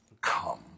come